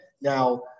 Now